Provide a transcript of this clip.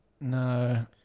No